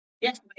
Yes